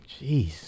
Jeez